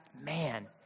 man—